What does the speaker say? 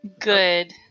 good